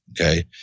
okay